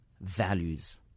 values